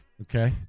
Okay